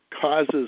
causes